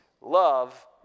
love